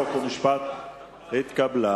חוק ומשפט התקבלה.